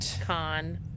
con